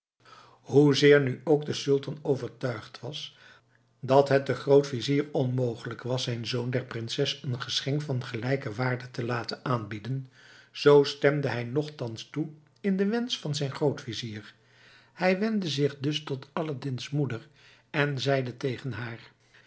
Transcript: hoezeer nu ook de sultan overtuigd was dat het den grootvizier onmogelijk was zijn zoon der prinses een geschenk van gelijke waarde te laten aanbieden zoo stemde hij nochtans toe in den wensch van zijn grootvizier hij wendde zich dus tot aladdin's moeder en zeide tegen haar